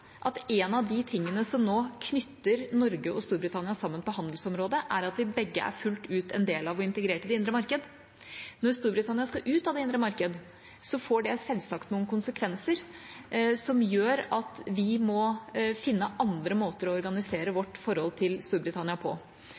at en av de tingene som nå knytter Norge og Storbritannia sammen på handelsområdet, er at vi begge fullt ut er en del av og integrert i det indre marked. Når Storbritannia skal ut av det indre marked, får det selvsagt noen konsekvenser som gjør at vi må finne andre måter å organisere vårt forhold til Storbritannia på.